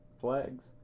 flags